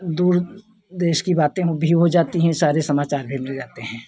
दूर देश की बातें वो भी हो जाती हैं सारे समाचार भी मिल जाते हैं